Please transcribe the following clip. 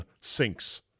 sinks